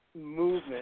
Movement